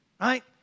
Right